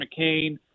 McCain